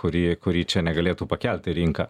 kurį kurį čia negalėtų pakelti rinka